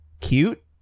cute